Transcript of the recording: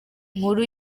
nkuru